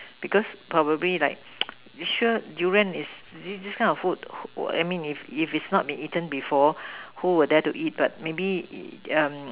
because probably like sure Durian is this this kind of food I mean if if it's not been eaten before who will dare to eat but maybe